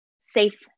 safe